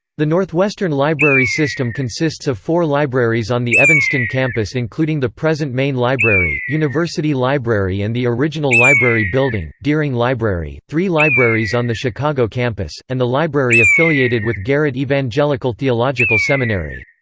the northwestern library system consists of four libraries on the evanston campus including the present main library, university library and the original library building, deering library three libraries on the chicago campus and the library affiliated with garrett-evangelical theological seminary.